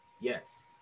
Yes